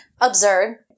absurd